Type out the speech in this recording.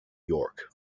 york